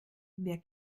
wer